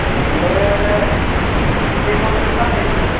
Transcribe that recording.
ओरैनो खैमनसो फाननाय जागोन